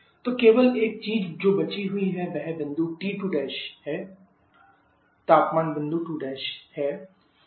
TC तो केवल एक चीज जो बची हुई है वह बिंदु T2 तापमान बिंदु 2 है